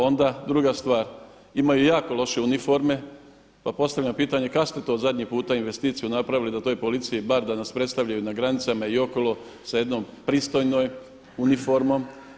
Onda druga stvar imaju jako loše uniforme, pa postavljam pitanje kad ste to zadnji puta investiciju napravili da toj policiji bar da nas predstavljaju na granicama i okolo sa jednom pristojnom uniformom?